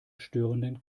störenden